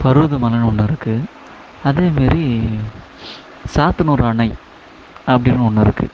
பர்வதமலன்னு ஒன்று இருக்குது அதேமாரி சாத்தனூர் அணை அப்படின்னு ஒன்று இருக்குது